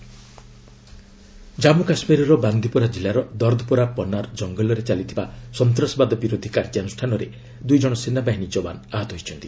JK attack ଜାମ୍ମ କାଶ୍ରୀରର ବାନ୍ଦିପୋରା ଜିଲ୍ଲାର ଦର୍ଦ୍ଦପୋରା ପନାର ଜଙ୍ଗଲରେ ଚାଲିଥିବା ସନ୍ତାସବାଦ ବିରୋଧୀ କାର୍ଯ୍ୟାନୁଷ୍ଠାନରେ ଦୁଇ ଜଣ ସେନାବାହିନୀ ଯବାନ ଆହତ ହୋଇଛନ୍ତି